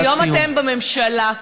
היום אתם בממשלה,